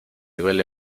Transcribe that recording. duele